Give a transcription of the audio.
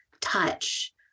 touch